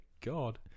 God